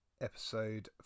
episode